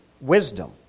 wisdom